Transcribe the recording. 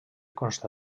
consta